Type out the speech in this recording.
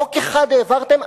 חוק אחד העברתם?